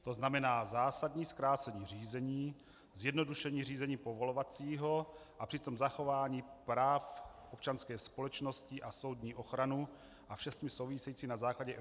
To znamená zásadní zkrácení řízení, zjednodušení řízení povolovacího a přitom zachování práv občanské společnosti a soudní ochranu a vše s tím související na základě evropských norem.